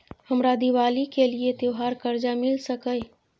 हमरा दिवाली के लिये त्योहार कर्जा मिल सकय?